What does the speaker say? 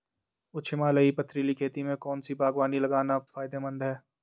उच्च हिमालयी पथरीली खेती में कौन सी बागवानी लगाना फायदेमंद है?